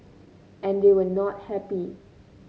and they were not happy